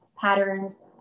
patterns